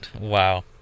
wow